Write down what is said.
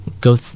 go